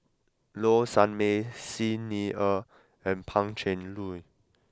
Low Sanmay Xi Ni Er and Pan Cheng Lui